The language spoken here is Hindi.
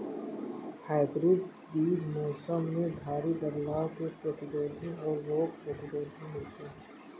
हाइब्रिड बीज मौसम में भारी बदलाव के प्रतिरोधी और रोग प्रतिरोधी होते हैं